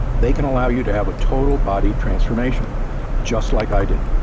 they can allow you to have a total body transformation just like i did.